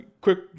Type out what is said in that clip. quick